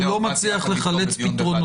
הוא לא מצליח לחלץ פתרונות.